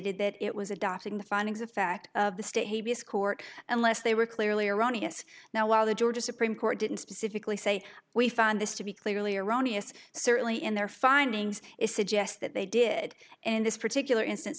stated that it was adopting the findings of fact of the status court unless they were clearly erroneous now while the georgia supreme court didn't specifically say we found this to be clearly erroneous certainly in their findings it suggests that they did in this particular instance